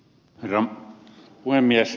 herra puhemies